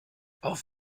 auf